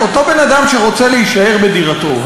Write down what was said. אותו בן-אדם שרוצה להישאר בדירתו,